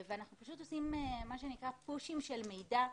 ואנחנו פשוט עושים פושים של מידע,